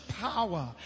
power